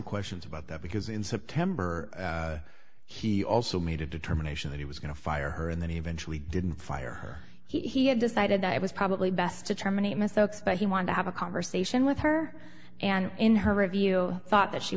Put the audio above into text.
questions about that because in september he also made a determination that he was going to fire her and then eventually didn't fire her he had decided that it was probably best to terminate most folks but he wanted to have a conversation with her and in her review thought that she